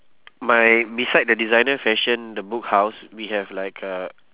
my beside the designer fashion the book house we have like uh